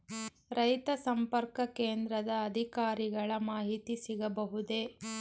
ರೈತ ಸಂಪರ್ಕ ಕೇಂದ್ರದ ಅಧಿಕಾರಿಗಳ ಮಾಹಿತಿ ಸಿಗಬಹುದೇ?